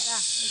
תודה.